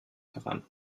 heran